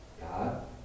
God